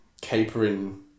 capering